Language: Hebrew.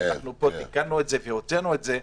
פה תיקנו והוצאנו את זה.